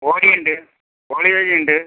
ബോളി ഉണ്ട് ബോളി ബജി ഉണ്ട്